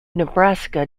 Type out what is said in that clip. nebraska